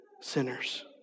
sinners